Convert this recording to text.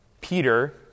Peter